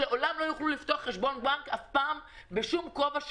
שלעולם לא יוכלו לפתוח חשבון בנק אף פעם בשום כובע שהוא,